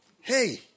hey